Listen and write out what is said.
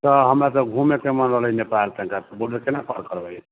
तऽ हमरा तऽ घूमयके मन रहलै नेपाल तनिका बोर्डर केना पार करबै